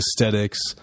aesthetics